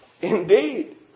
Indeed